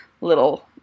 little